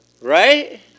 right